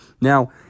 Now